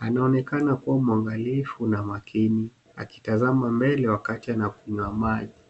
Anaonekana kuwa mwangalifu na makini akitazama mbele wakati anakunywa maji.